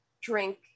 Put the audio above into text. drink